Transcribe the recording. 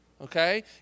Okay